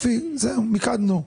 מיקדנו.